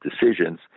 decisions